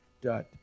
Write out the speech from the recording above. dot